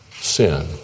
sin